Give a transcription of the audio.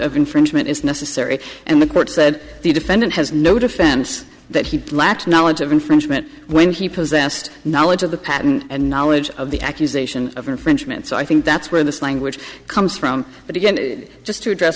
of infringement is necessary and the court said the defendant has no defense that he lacked knowledge of infringement when he possessed knowledge of the patent and knowledge of the accusation of infringement so i think that's where this language comes from but again just to address